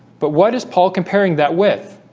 but what is paul comparing that with?